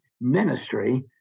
ministry